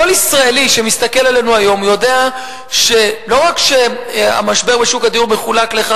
כל ישראלי שמסתכל עלינו היום יודע שלא רק שהמשבר בשוק הדיור מחולק לכך